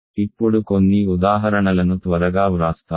ఇప్పుడు కొన్ని ఉదాహరణలను త్వరగా వ్రాస్తాము